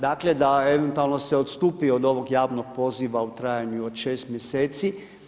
Dakle, da eventualno se odstupi od ovog javnog poziva u trajanju od 6 mjeseci.